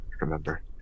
remember